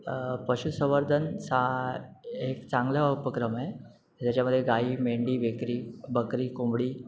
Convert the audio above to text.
पशुसवर्धन सा एक चांगला उपक्रमए ज्याच्यामदे गाई मेंडी वेकरी बकरी कोंबडी